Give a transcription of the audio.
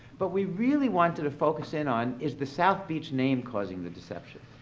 but we really wanted to focus in on, is the south beach name causing the deception?